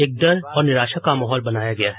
एक डर और निराशा का माहौल बनाया गया है